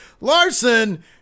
Larson